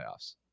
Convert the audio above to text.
playoffs